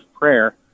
prayer